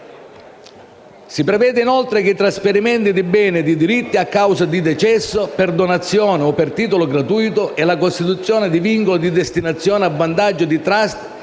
Si prevede, inoltre, che i trasferimenti di beni e di diritti a causa di decesso, per donazione o a titolo gratuito e la costituzione di vincoli di destinazione a vantaggio di *trust*